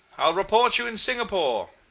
i'll report you in singapore.